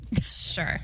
Sure